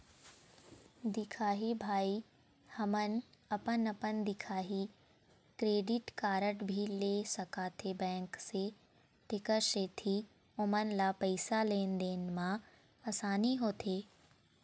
दिखाही भाई हमन अपन अपन दिखाही क्रेडिट कारड भी ले सकाथे बैंक से तेकर सेंथी ओमन ला पैसा लेन देन मा आसानी होथे?